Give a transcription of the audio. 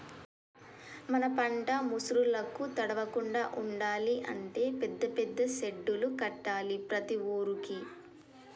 మన పంట ముసురులకు తడవకుండా ఉండాలి అంటే పెద్ద పెద్ద సెడ్డులు కట్టాలి ప్రతి ఊరుకి